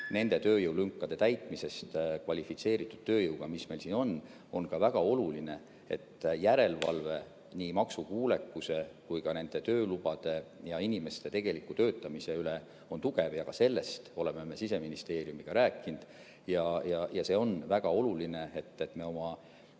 nende tööjõulünkade täitmisest kvalifitseeritud tööjõuga, mis meil siin on, siis on ka väga oluline, et järelevalve nii maksukuulekuse kui ka nende töölubade ja inimeste tegeliku töötamise üle on tugev. Ka sellest oleme me Siseministeeriumiga rääkinud. On väga oluline, et me oma